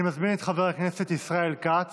אני מזמין את חבר הכנסת ישראל כץ.